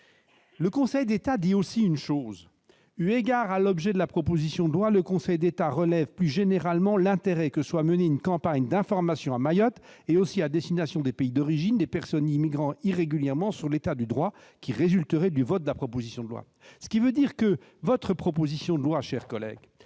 également dans son avis que « eu égard à l'objet de la proposition de loi, le Conseil d'État relève plus généralement l'intérêt que soit menée une campagne d'information à Mayotte et aussi à destination des pays d'origine des personnes y immigrant irrégulièrement sur l'état du droit qui résulterait du vote de la proposition de loi ». Cela signifie que votre proposition de loi, cher collègue,